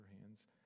hands